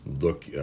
look